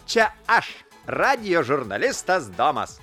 čia aš radijo žurnalistas domas